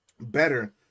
better